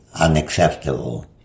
unacceptable